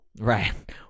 right